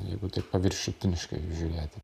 jeigu taip paviršutiniškai žiūrėti